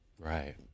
Right